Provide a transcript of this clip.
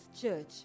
church